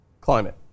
climate